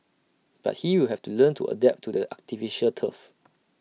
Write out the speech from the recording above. but he will have to learn to adapt to the artificial turf